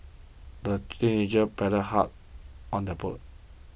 the teenagers paddled hard on their boat